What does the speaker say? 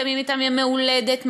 מקיימים אתם ימי הולדת,